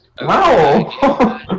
Wow